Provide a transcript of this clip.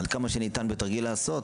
עד כמה שניתן בתרגיל לעשות,